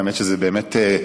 והאמת היא שזה באמת מרגש,